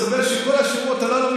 הסתבר שכל השמות הללו,